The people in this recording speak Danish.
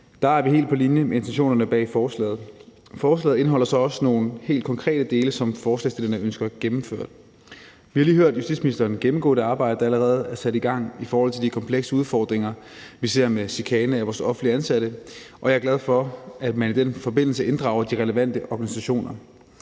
Der er vi helt på linje med intentionerne bag forslaget. Forslaget indeholder også nogle helt konkrete dele, som forslagsstillerne ønsker at gennemføre. Vi har lige hørt justitsministeren gennemgå det arbejde, der allerede er sat i gang, om de komplekse udfordringer, vi ser med chikane af vores offentligt ansatte, og jeg er glad for, at man i den forbindelse inddrager de relevante organisationer.